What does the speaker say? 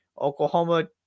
Oklahoma